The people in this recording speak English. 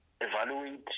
evaluate